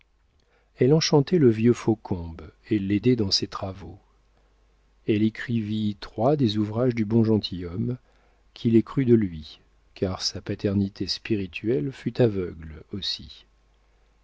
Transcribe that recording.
elle enchantait le vieux faucombe et l'aidait dans ses travaux elle écrivit trois des ouvrages du bon gentilhomme qui les crut de lui car sa paternité spirituelle fut aveugle aussi